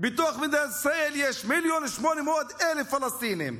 בתוך מדינת ישראל יש מיליון ו-800,000 פלסטינים.